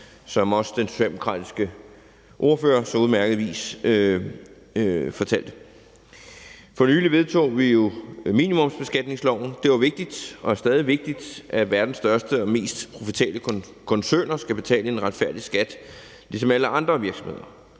som også den socialdemokratiske ordfører på udmærket vis fortalte. For nylig vedtog vi jo minimumsbeskatningsloven. Det var vigtigt og er stadig vigtigt, at verdens største og mest profitable koncerner skal betale en retfærdig skat ligesom alle andre virksomheder,